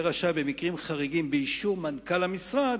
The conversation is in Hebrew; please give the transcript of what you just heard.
במקרים חריגים ובאישור מנכ"ל המשרד,